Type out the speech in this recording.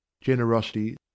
generosity